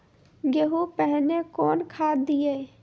गेहूँ पहने कौन खाद दिए?